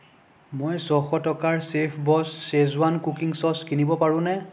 মই ছশ টকাৰ চেফবছ শ্বেজৱান কুকিং ছচ কিনিব পাৰোঁনে